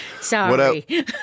Sorry